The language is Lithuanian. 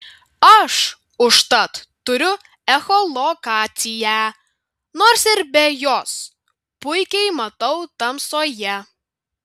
aš užtat turiu echolokaciją nors ir be jos puikiai matau tamsoje